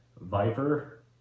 viper